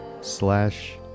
slash